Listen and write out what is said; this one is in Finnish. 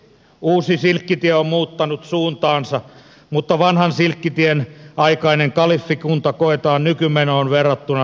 uusi silkkitie on muuttanut suuntaansa mutta vanhan silkkitien aikainen kalifikunta koetaan nykymenoon verrattuna shangri laksi